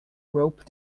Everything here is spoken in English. rope